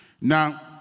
Now